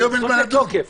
אבל הן נכנסות לתוקף.